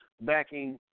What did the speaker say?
backing